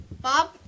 Bob